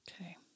Okay